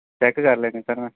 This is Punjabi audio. ਚੈੱਕ ਕਰ ਲੈਂਦਾ ਸਰ ਮੈਂ